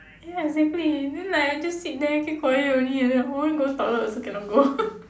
ya exactly then I I just sit there keep quiet only I want go toilet also cannot go